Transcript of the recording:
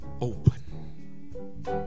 open